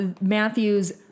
Matthew's